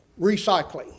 recycling